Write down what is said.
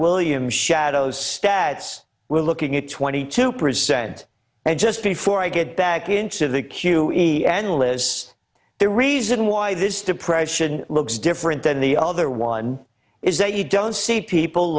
williams shadows stats we're looking at twenty two percent and just before i get back into the q e analysts the reason why this depression looks different than the other one is that you don't see people